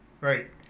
Right